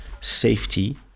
safety